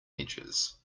edges